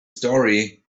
story